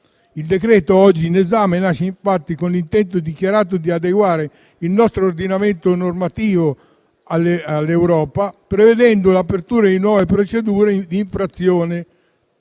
Il decreto oggi in esame nasce infatti con l'intento dichiarato di adeguare il nostro ordinamento normativo all'Europa, prevedendo l'apertura di nuove procedure di infrazione